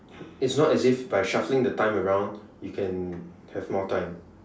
it's not as if by shuffling the time around you can have more time